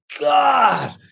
God